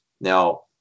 Now